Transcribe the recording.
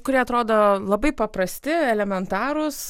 kurie atrodo labai paprasti elementarūs